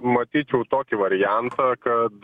matyčiau tokį variantą kad